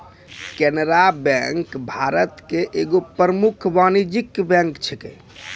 Canara bank भारत के एगो प्रमुख वाणिज्यिक बैंक छै